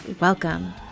welcome